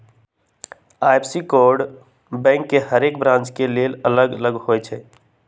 IFSC code bank के हरेक branch के लेल अलग अलग होई छै